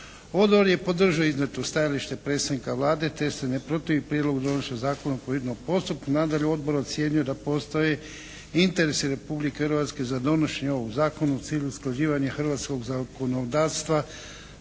Odbor je podržao iznijeto stajalište predsjednika Vlade te se ne protivi prijedlogu donošenja Zakona po hitnom postupku. Nadalje, Odbor ocjenjuje da postoje interesi Republike Hrvatske za donošenje ovog Zakona u cilju usklađivanja hrvatskog zakonodavstva